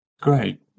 Great